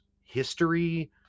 history